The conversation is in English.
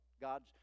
God's